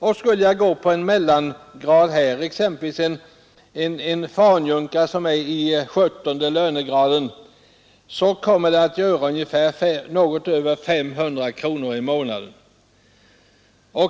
För att också ta upp en mellantjänst, exempelvis en fanjunkare i lönegrad 17, kan jag peka på att skillnaden där blir något över 500 kronor i månaden.